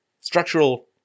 Structural